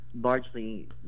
largely